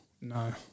No